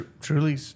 Truly